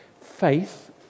Faith